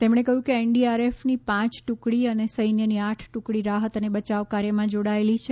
તેમણે કહ્યું કે એનડીઆરએફની પાંચ ટુકડી અને સૈન્યની આઠ ટુકડી રાહત અને બચાવ કાર્યમાં જોડાયેલી છે